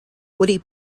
woody